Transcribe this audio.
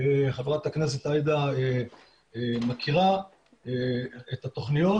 חברת הכנסת עאידה מכירה את התכניות